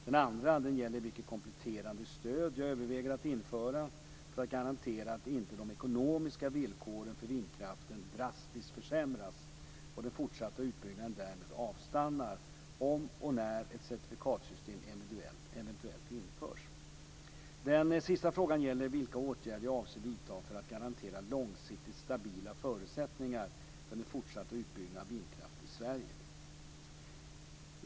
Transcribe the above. Den andra gäller vilket kompletterande stöd jag överväger att införa för att garantera att inte de ekonomiska villkoren för vindkraften drastiskt försämras, och den fortsatta utbyggnaden därmed avstannar, om och när ett certifikatsystem eventuellt införs. Den sista frågan gäller vilka åtgärder jag avser att vidta för att garantera långsiktigt stabila förutsättningar för den fortsatta utbyggnaden av vindkraft i Sverige.